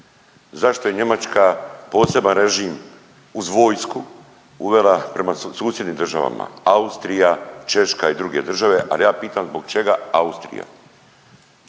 Zašto je Njemačka poseban režim uz vojsku uvela prema susjednim državama, Austrija, Češka i druge države, al ja pitam zbog čega Austrija?